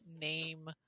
name